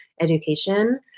education